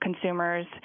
consumers